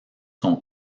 son